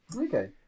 Okay